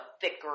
thicker